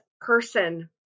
person